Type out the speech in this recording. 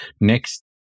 Next